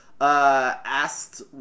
Asked